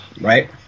right